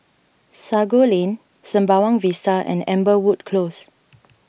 Sago Lane Sembawang Vista and Amberwood Close